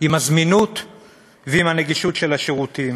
עם הזמינות ועם הנגישות של השירותים.